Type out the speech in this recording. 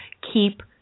keep –